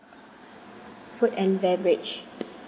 food and beverage